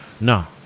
No